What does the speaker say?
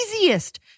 easiest